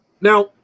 Now